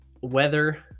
weather